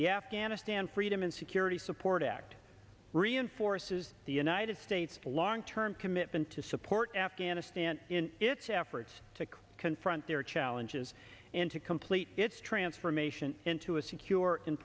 the afghanistan freedom and security support act reinforces the united states long term commitment to support afghanistan in its efforts to confront their challenges and to complete its transformation into a secure and